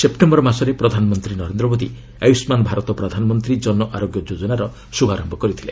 September ମାସରେ ପ୍ରଧାନମନ୍ତ୍ରୀ ନରେନ୍ଦ୍ର ମୋଦି ଆୟୁଷ୍କାନ ଭାରତ ପ୍ରଧାନମନ୍ତ୍ରୀ ଜନଆରୋଗ୍ୟ ଯୋଜନାର ଶୁଭାରମ୍ଭ କରିଥିଲେ